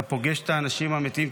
אתה פוגש את האנשים האמיתיים,